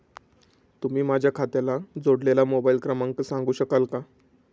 तुम्ही माझ्या खात्याला जोडलेला मोबाइल क्रमांक सांगू शकाल का?